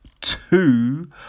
two